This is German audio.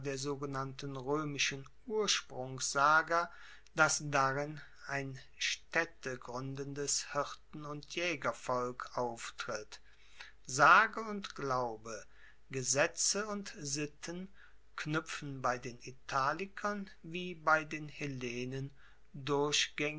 der sogenannten roemischen ursprungssage dass darin ein staedtegruendendes hirten und jaegervolk auftritt sage und glaube gesetze und sitten knuepfen bei den italikern wie bei den hellenen